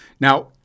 Now